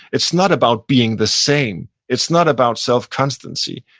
it's not about being the same. it's not about self-constancy.